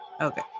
okay